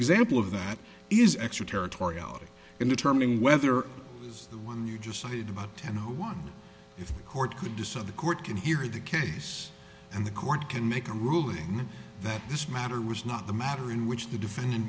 example of that is extraterritoriality in determining whether is the one you just cited about and one if the court could decide the court can hear the case and the court can make a ruling that this matter was not the matter in which the defendant